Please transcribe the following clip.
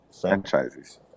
franchises